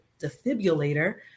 defibrillator